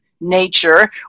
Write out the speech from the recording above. nature